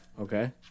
Okay